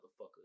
motherfucker